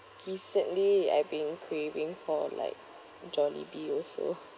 recently I've been craving for like jollibee also